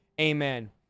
amen